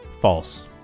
False